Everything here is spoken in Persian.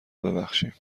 ببخشیم